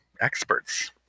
experts